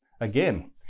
Again